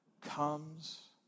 comes